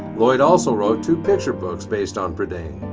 lloyd also wrote two picture books based on prydain